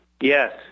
yes